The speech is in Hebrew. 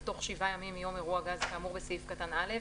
בתוך 7 ימים מיום אירוע גז כאמור בסעיף קטן (א),